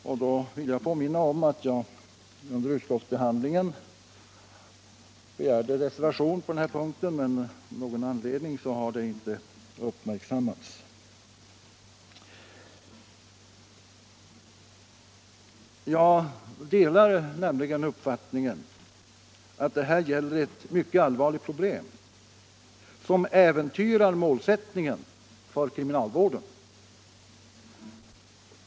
Jag vill påminna om att jag under utskottsbehandlingen reserverade mig på den här punkten, men av någon anledning har det inte uppmärksammats. Jag delar nämligen uppfattningen att det här gäller ett allvarligt problem, som äventyrar målsättningen för kriminalvården.